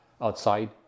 outside